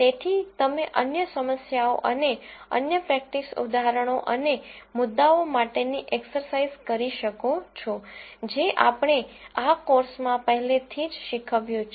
તેથી તમે અન્ય સમસ્યાઓ અને અન્ય પ્રેક્ટિસ ઉદાહરણો અને મુદ્દાઓ માટેની એકસરસાઈઝ કરી શકો છો જે આપણે આ કોર્સમાં પહેલેથી જ શીખવ્યું છે